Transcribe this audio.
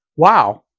wow